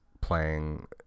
playing